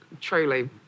truly